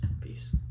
Peace